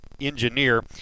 engineer